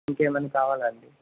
ఇంకా ఏమైనా కావాలాండీ